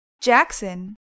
Jackson